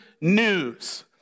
news